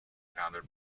founded